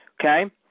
Okay